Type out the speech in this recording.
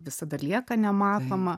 visada lieka nematoma